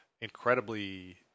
incredibly